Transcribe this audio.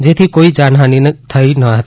જેથી કોઇ જાનહાનિ થઈ ન હતી